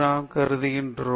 நீங்கள் விட்டு விடுவீர்கள்